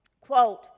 quote